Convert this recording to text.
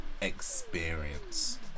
experience